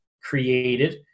created